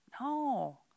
No